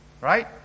right